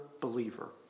believer